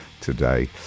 today